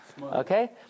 okay